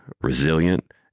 resilient